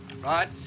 Right